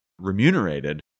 remunerated